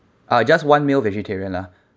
uh just one meal vegetarian lah